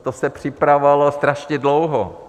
To se připravovalo strašně dlouho.